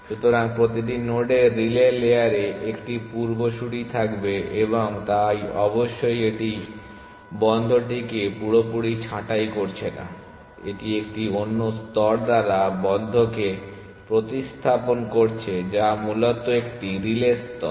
সুতরাং প্রতিটি নোডের রিলে লেয়ারে 1টি পূর্বসূরি থাকবে এবং তাই অবশ্যই এটি বন্ধটিকে পুরোপুরি ছাঁটাই করছে না এটি একটি অন্য স্তর দ্বারা বদ্ধকে প্রতিস্থাপন করছে যা মূলত একটি রিলে স্তর